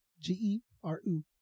G-E-R-U